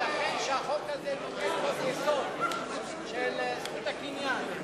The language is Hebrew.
ייתכן שהחוק הזה נוגד חוק-יסוד לגבי זכות הקניין.